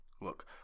Look